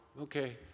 Okay